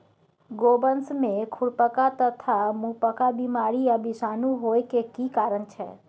गोवंश में खुरपका तथा मुंहपका बीमारी आ विषाणु होय के की कारण छै?